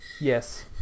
Yes